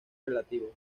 relativos